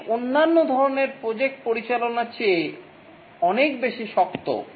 এটি অন্যান্য ধরণের প্রজেক্ট পরিচালনার চেয়ে অনেক বেশি শক্ত